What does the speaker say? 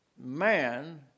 man